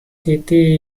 city